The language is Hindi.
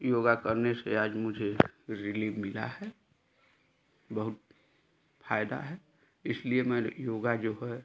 योगा करने से आज मुझे रिलीव मिला है बहुत फायदा है इसलिए मैं योगा जो है